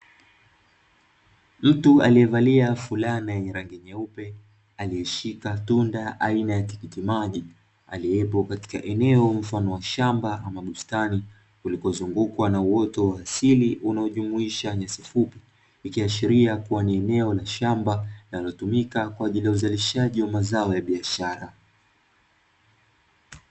Mtu aliyevalia fulani yenye rangi nyeupe, aliyeshika tunda aina ya tikitimaji. Aliyepo katika eneo mfano wa shamba ama bustani, kulikozungukwa na uoto wa asili unaojumuisha nyasi fupi. Ikiashiria kuwa ni eneo la shamba linalotumika kwa ajili ya uzalishaji wa mazao ya biashara.